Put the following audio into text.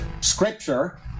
Scripture